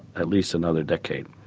at least another decade.